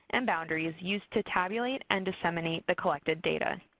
and boundaries used to tabulate and disseminate the collected data.